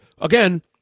again